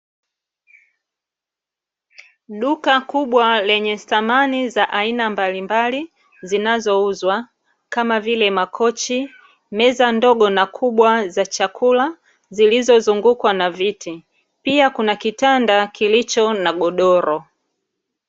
Duka kubwa lenye samani za aina mbalimbali zinazouzwa kama vile makochi, meza ndogo na kubwa za chakula zilizozungukwa na viti. Pia, kuna kitanda kilicho na godoro.